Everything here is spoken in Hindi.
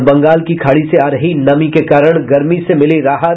और बंगाल की खाड़ी से आ रही नमी के कारण गर्मी से मिली राहत